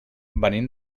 venim